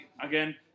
again